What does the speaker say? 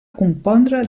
compondre